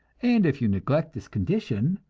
and if you neglect this condition,